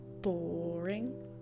Boring